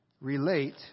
relate